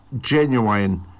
genuine